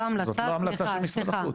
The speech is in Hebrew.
סליחה.